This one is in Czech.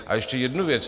A ještě jednu věc.